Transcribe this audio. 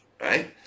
right